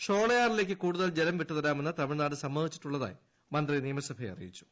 ഷോളയാറിലേക്ക് കൂടുതൽ ജലം വിട്ടുതരാമെന്ന് ത്മിഴ്നാട് സമ്മതിച്ചിട്ടുള്ളതായി മന്ത്രി നിയമസഭയെ അറിയിച്ചു